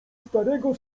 starego